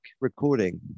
recording